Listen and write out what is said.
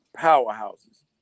powerhouses